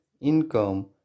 income